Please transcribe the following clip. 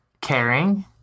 caring